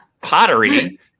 pottery